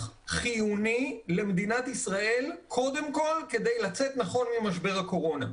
חיוני למדינת ישראל קודם כל כדי לצאת נכון ממשבר הקורונה.